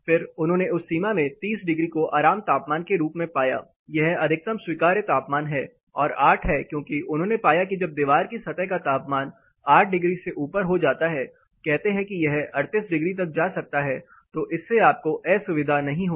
फिर उन्होंने उस सीमा में 30 डिग्री को आराम तापमान के रूप में पाया यह अधिकतम स्वीकार्य तापमान है और 8 है क्योंकि उन्होंने पाया कि जब दीवार की सतह का तापमान 8 डिग्री से ऊपर हो जाता है कहते हैं कि यह 38 डिग्री तक जा सकता है तो इससे आपको असुविधा नहीं होगी